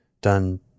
done